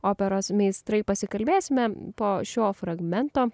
operos meistrai pasikalbėsime po šio fragmento